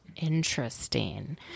Interesting